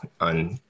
on